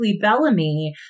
Bellamy